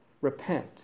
repent